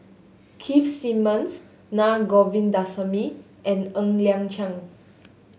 Keith Simmons Na Govindasamy and Ng Liang Chiang